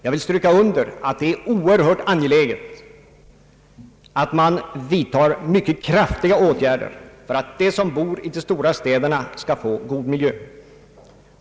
Jag vill stryka under att det är oerhört angeläget att vidta mycket kraftiga åtgärder för att de som bor i de stora städerna skall få god miljö.